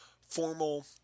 formal